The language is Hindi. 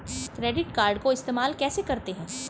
क्रेडिट कार्ड को इस्तेमाल कैसे करते हैं?